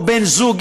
או בן-זוג,